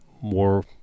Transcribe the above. more